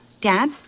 Dad